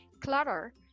clutter